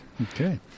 Okay